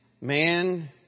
man